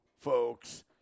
folks